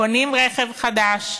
קונים רכב חדש,